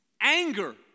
Anger